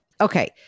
Okay